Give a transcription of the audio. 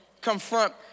confront